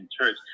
church